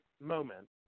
moment